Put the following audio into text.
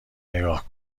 نگاه